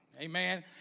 Amen